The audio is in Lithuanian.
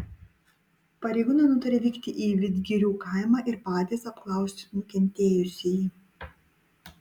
pareigūnai nutarė vykti į vidgirių kaimą ir patys apklausti nukentėjusįjį